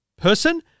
person